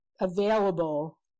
available